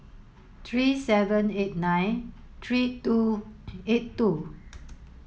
three seven eight nine three two eight two